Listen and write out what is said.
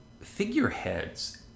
figureheads